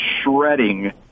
shredding